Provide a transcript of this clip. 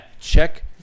check